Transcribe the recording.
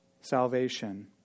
salvation